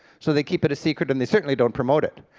so they keep it a secret and they certainly don't promote it.